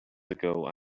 ago